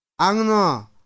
Angno